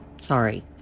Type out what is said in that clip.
Sorry